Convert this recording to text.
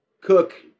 cook